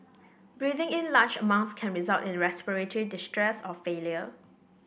breathing in large amounts can result in respiratory distress or failure